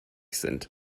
sind